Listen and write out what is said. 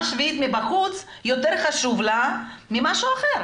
השביעית מבחוץ יותר חשוב להם ממשהו אחר,